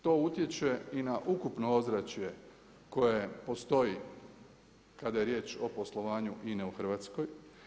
To utječe i na ukupno ozračje koje postoji kada je riječ o poslovanju INA-e u Hrvatskoj.